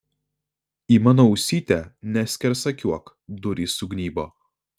į mano ausytę neskersakiuok durys sugnybo